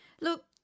Look